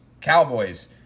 cowboys